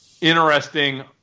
interesting